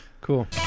Cool